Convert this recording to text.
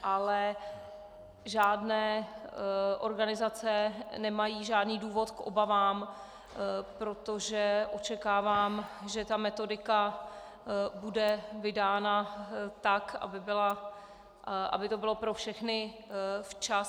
Ale žádné organizace nemají žádný důvod k obavám, protože očekávám, že metodika bude vydána tak, aby to bylo pro všechny včas.